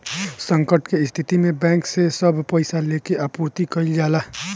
संकट के स्थिति में बैंक से सब पईसा लेके आपूर्ति कईल जाला